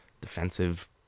defensive